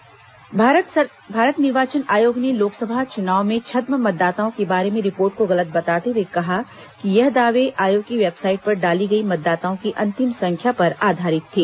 निर्वाचन आयोग छदम मतदाता भारत निर्वाचन आयोग ने लोकसभा चुनाव में छद्म मतदाताओं के बारे में रिपोर्ट को गलत बताते हुए कहा है कि यह दावे आयोग की वेबसाइट पर डाली गई मतदाताओं की अनंतिम संख्या पर आधारित थे